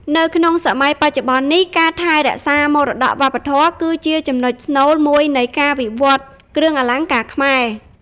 នៅក្នុងសម័យបច្ចុប្បន្ននេះ ការថែរក្សាមរតកវប្បធម៌ គឺជាចំណុចស្នូលមួយនៃការវិវត្តន៍គ្រឿងអលង្ការខ្មែរ។